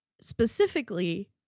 specifically